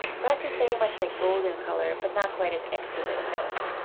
brass is very much like gold in color, but not quite as exquisite and delicate.